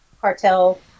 cartel